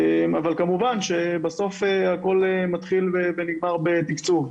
אבל כמובן שבסוף הכל מתחיל ונגמר בתקצוב.